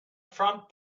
front